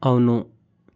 అవును